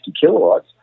kilowatts